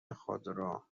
خودرو